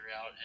out